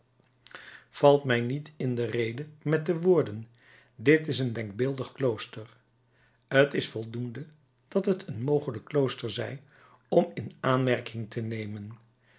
valt mij niet in de rede met de woorden dit is een denkbeeldig klooster t is voldoende dat het een mogelijk klooster zij om t in aanmerking te nemen